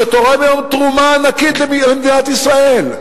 שתורם היום תרומה ענקית למדינת ישראל,